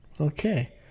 Okay